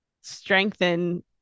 strengthen